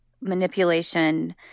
manipulation